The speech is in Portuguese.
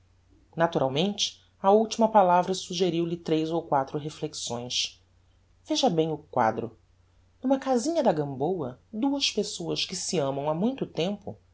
naturalmente a ultima palavra suggeriu lhe tres ou quatro reflexões veja bem o quadro n'uma casinha da gambôa duas pessoas que se amam ha muito tempo